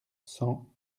cent